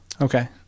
Okay